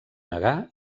negà